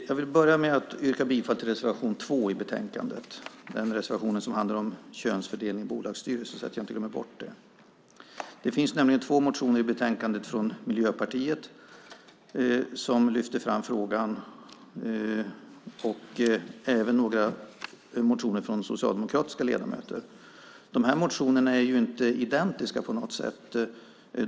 Jag vill börja med att yrka bifall till reservation 2 i betänkandet, den reservation som handlar om könsfördelning i bolagsstyrelser, så att jag inte glömmer bort det. Det finns nämligen två motioner i betänkandet från Miljöpartiet som lyfter fram frågan och även några motioner från socialdemokratiska ledamöter. De här motionerna är inte identiska på något sätt.